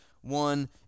One